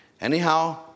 Anyhow